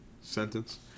sentence